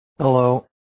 Hello